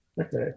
Okay